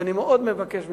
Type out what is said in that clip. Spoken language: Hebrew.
ואני מאוד מבקש ממך,